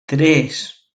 tres